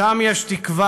שם יש תקווה,